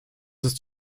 ist